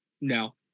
no